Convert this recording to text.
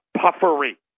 puffery